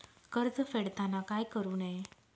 कर्ज फेडताना काय करु नये?